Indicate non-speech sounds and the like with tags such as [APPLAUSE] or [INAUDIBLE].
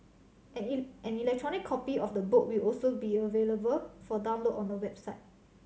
an [UNINTELLIGIBLE] an electronic copy of the book will also be available for download on the website